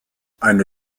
eine